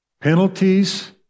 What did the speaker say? Penalties